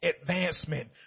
advancement